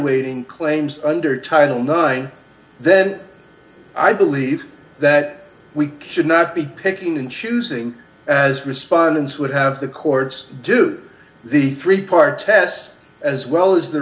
evaluating claims under title nine then i believe that we should not be picking and choosing as respondents would have the courts do the three part test as well as the